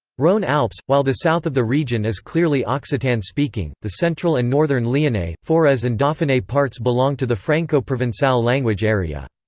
rhone-alpes while the south of the region is clearly occitan-speaking, the central and northern lyonnais, forez and dauphine parts belong to the franco-provencal language area.